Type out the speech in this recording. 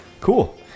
Cool